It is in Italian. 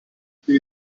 più